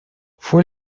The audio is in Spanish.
fue